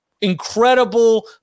incredible